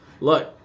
Look